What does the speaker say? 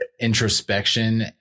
introspection